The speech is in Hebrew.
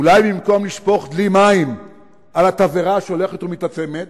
אולי במקום לשפוך דלי מים על התבערה שהולכת ומתעצמת,